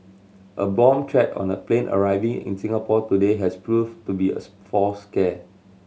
a bomb threat on a plane arriving in Singapore today has proved to be a false scare